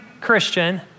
Christian